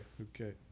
Okay